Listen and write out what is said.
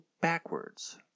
backwards